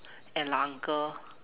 and 老 uncle